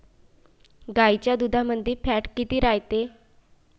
गाईच्या दुधामंदी फॅट किती रायते?